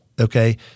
okay